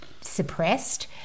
suppressed